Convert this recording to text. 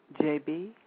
JB